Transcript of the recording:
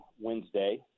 Wednesday